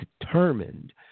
determined